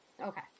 okay